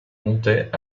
montait